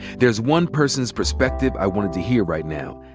there's one person's perspective i wanted to hear right now,